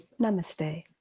Namaste